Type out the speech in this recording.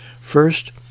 First